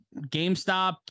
GameStop